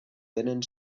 venen